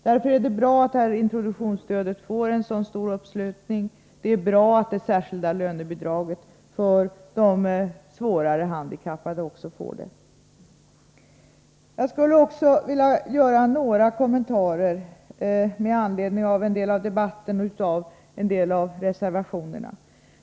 Därför är det bra att det här introduktionsstödet får en så stor uppslutning, och det är bra att det särskilda lönebidraget för de svårare handikappade också får ett så brett stöd. Jag skulle också vilja göra några kommentarer med anledning av en del av debatten och med anledning av en del av reservationerna.